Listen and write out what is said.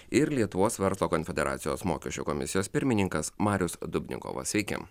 ir lietuvos verslo konfederacijos mokesčių komisijos pirmininkas marius dubnikovas sveiki